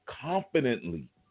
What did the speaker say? confidently